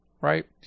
right